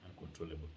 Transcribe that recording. uncontrollable